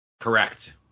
Correct